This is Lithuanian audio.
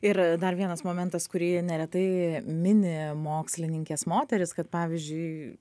ir dar vienas momentas kurį neretai mini mokslininkės moterys kad pavyzdžiui